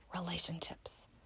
relationships